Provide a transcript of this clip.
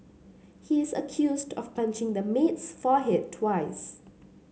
he is accused of punching the maid's forehead twice